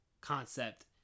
concept